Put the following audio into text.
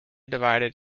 divided